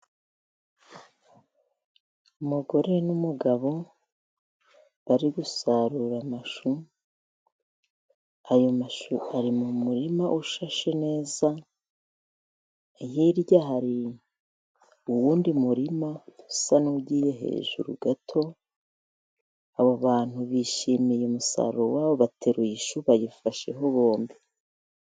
Umugore n'umugabo bari gusarura amashu ,ayo mashu ari mu murima ushashe neza ,hirya hari uwundi murima usa n'ugiye hejuru gato, abo bantu bishimiye umusaruro wabo ,bateruye ishu bayifasheho bombi.